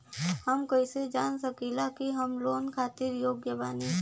हम कईसे जान सकिला कि हम लोन खातिर योग्य बानी?